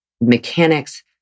mechanics